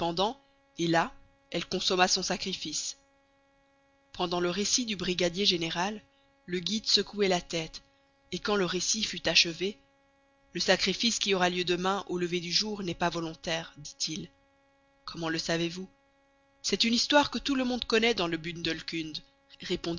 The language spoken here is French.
et là elle consomma son sacrifice pendant le récit du brigadier général le guide secouait la tête et quand le récit fut achevé le sacrifice qui aura lieu demain au lever du jour n'est pas volontaire dit-il comment le savez-vous c'est une histoire que tout le monde connaît dans le